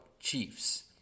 Chiefs